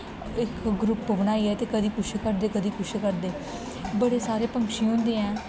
इक ग्रुप बनाइयै ते कदें कुछ करदे कदें कुछ करदे बड़े सारे पंक्षी होंदे ऐ